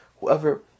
whoever